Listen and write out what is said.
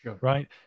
right